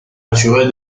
naturel